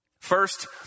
First